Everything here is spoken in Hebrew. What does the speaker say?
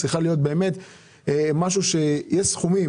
היא צריכה להיות משהו שיהיה תלוי בסכום.